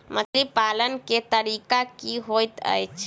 मछली पालन केँ तरीका की होइत अछि?